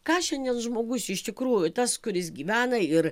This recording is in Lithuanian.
ką šiandien žmogus iš tikrųjų tas kuris gyvena ir